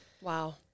Wow